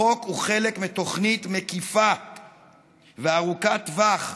החוק הוא חלק מתוכנית מקיפה וארוכת טווח,